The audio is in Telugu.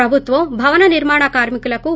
ప్రభుత్వం భవనే నిర్మాణ కార్మికులకు రూ